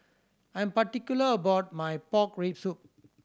I am particular about my pork rib soup